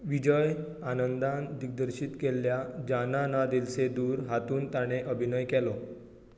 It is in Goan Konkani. विजय आनंदान दिग्दर्शीत केल्ल्या जाना ना दिल से दूर हातून ताणें अभिनय केलो